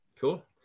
cool